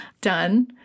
done